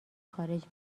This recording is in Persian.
خارج